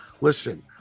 Listen